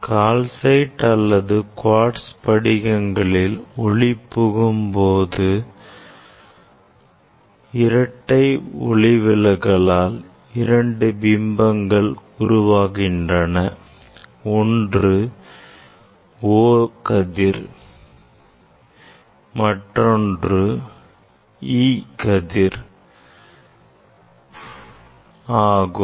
கால் side அல்லது quartz படிவங்களில் ஒளி புகும்போது புகுந்து செல்லும்போது இரட்டை ஒளிவிலகலால் இரண்டு பிம்பங்கள் உருவாகின்றன ஒன்று O ray பொதுக்கதிர் மற்றொன்று E ray நூதன கதிர் ஆகும்